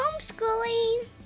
homeschooling